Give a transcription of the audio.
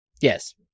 Yes